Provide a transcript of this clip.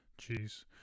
jeez